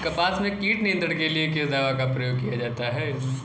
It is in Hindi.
कपास में कीट नियंत्रण के लिए किस दवा का प्रयोग किया जाता है?